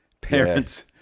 Parents